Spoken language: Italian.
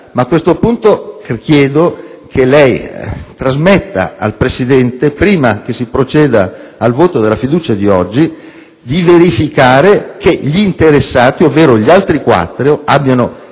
ma a questo punto chiedo che lei trasmetta al Presidente, prima che si proceda al voto di fiducia di oggi, la richiesta di verificare che gli interessati, ovvero gli altri quattro, abbiano